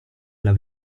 alla